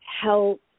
help –